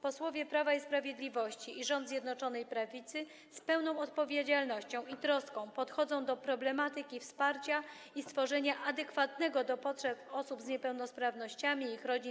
Posłowie Prawa i Sprawiedliwości i rząd Zjednoczonej Prawicy z pełną odpowiedzialnością i troską podchodzą do problematyki wsparcia i stworzenia systemu i programu adekwatnego do potrzeb osób z niepełnosprawnościami i ich rodzin.